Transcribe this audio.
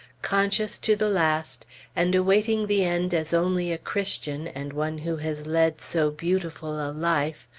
conscious to the last and awaiting the end as only a christian, and one who has led so beautiful a life,